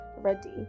ready